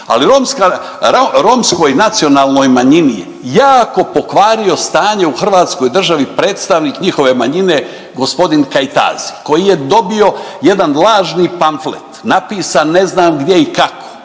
ali romskoj nacionalnoj manjini je jako pokvario stanje u hrvatskoj državi predstavnik njihove manjine g. Kajtazi koji je dobio jedan lažni pamflet napisan ne znam gdje i kako